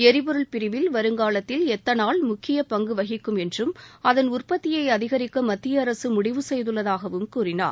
எரிபொருள் பிரிவில் வருங்காலத்தில் எத்தனால் முக்கிய பங்கு வகிக்கும் என்றும் அதன் உற்பத்தியை அதிகரிக்க மத்திய அரசு முடிவு செய்துள்ளதாகவும் கூறினார்